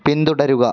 പിന്തുടരുക